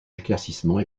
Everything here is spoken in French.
éclaircissements